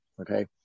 Okay